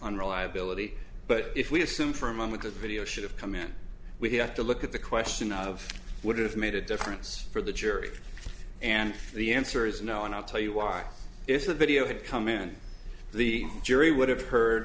unreliability but if we assume for a moment that video should have come in we have to look at the question of would have made a difference for the jury and the answer is no and i'll tell you why if the video had come in the jury would have heard